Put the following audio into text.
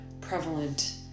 prevalent